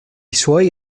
suoi